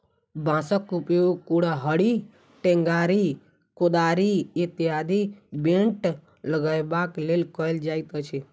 बाँसक उपयोग कुड़हड़ि, टेंगारी, कोदारि इत्यादिक बेंट लगयबाक लेल कयल जाइत अछि